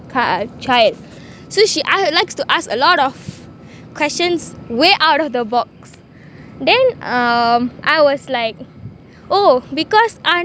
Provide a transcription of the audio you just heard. kind of child so she likes to ask a lot of questions way out of the box then um I was like oh because